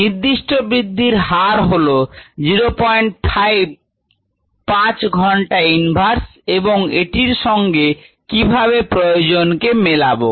নির্দিষ্ট বৃদ্ধির হার হল 05 পাঁচ ঘন্টা ইনভার্স এবং এটির সঙ্গে কিভাবে প্রয়োজনকে মেলাবো